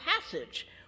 passage